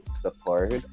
support